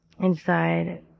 inside